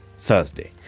Thursday